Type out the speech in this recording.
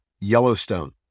Yellowstone